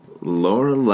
Laura